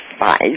five